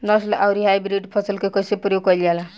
नस्ल आउर हाइब्रिड फसल के कइसे प्रयोग कइल जाला?